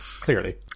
Clearly